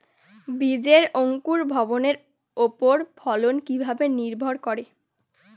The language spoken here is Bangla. বীজের অঙ্কুর ভবনের ওপর ফলন কিভাবে নির্ভর করে?